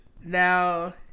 Now